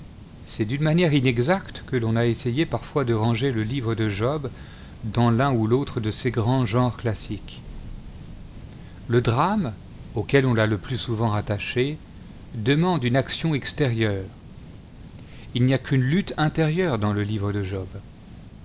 c'est d'une manière inexacte que ton a essayé parfois de ranger le livre de jo'i dans l'un ou l'autre de ces grands genres classiques le drame auquel on l'a le plus souvent rattaché demande une action extérieure il n'y a qu'une lutte intérieure dans le livre de job